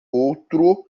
outro